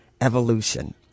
evolution